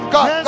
God